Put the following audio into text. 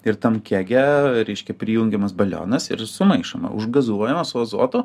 ir tam kege reiškia prijungiamas balionas ir sumaišoma užgazuojama su azotu